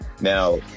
now